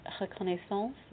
reconnaissance